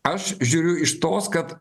aš žiūriu iš tos kad